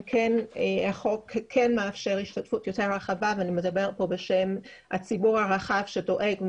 החוק כן מאפשר השתתפות יותר רחבה ואני מדברת כאן בשם הציבור הרחב שדואג,